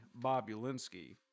Bobulinski